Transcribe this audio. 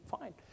fine